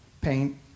paint